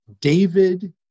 David